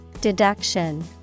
Deduction